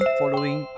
following